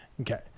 okay